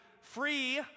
free